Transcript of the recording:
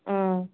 অ'